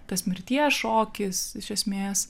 tas mirties šokis iš esmės